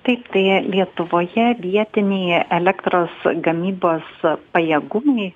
taip tai lietuvoje vietinėje elektros gamybos pajėgumai